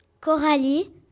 Coralie